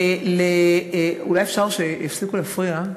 אולי אפשר שיפסיקו להפריע?